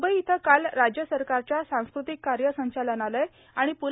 मुंबई इथं काल राज्य सरकारच्या सांस्कृतिक कार्य संचालनालय आणि प्